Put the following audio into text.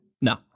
No